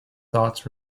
thoughts